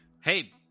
Hey